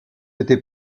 été